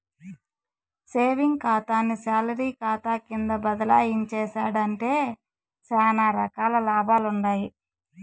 savings కాతాని salary కాతా కింద బదలాయించేశావంటే సానా రకాల లాభాలుండాయి